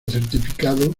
certificado